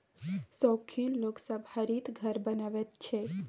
शौखीन लोग सब हरित घर बनबैत छै